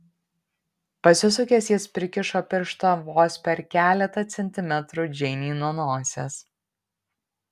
pasisukęs jis prikišo pirštą vos per keletą centimetrų džeinei nuo nosies